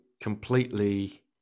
completely